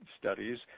studies